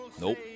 Nope